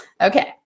Okay